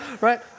Right